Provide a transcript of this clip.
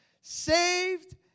Saved